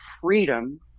freedom